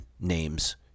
names